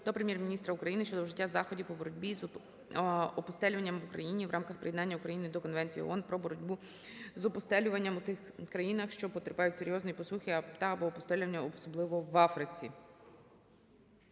до Прем'єр-міністра України щодо вжиття заходів по боротьбі з опустелюванням в Україні, в рамках приєднання України до Конвенції ООН "Про боротьбу з опустелюванням у тих країнах, що потерпають від серйозної посухи та/або опустелювання, особливо в Африці".